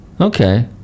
Okay